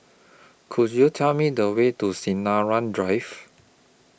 Could YOU Tell Me The Way to Sinaran Drive